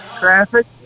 traffic